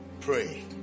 Pray